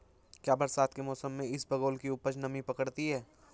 क्या बरसात के मौसम में इसबगोल की उपज नमी पकड़ती है?